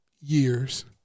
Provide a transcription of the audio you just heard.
years